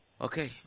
Okay